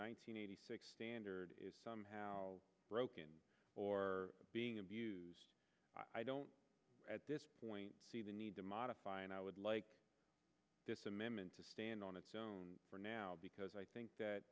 hundred eighty six standard is somehow broken or being abused i don't at this point see the need to modify and i would like this amendment to stand on its own for now because i think that